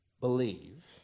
believe